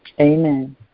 Amen